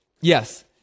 Yes